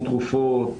תרופות,